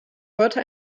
heute